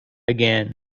again